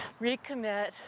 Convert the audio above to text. recommit